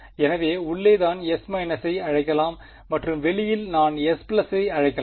எனவே உள்ளே நான் S− ஐ அழைக்கலாம் மற்றும் வெளியில் நான் S ஐ அழைக்கலாம்